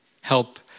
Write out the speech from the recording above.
Help